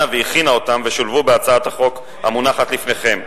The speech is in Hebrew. בהם והכינה אותם ושולבו בהצעת החוק המונחת לפניכם: